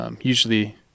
usually